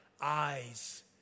eyes